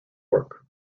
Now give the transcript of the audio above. work